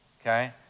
okay